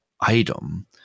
item